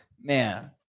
Man